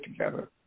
together